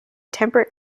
temperate